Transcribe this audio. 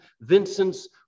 Vincent's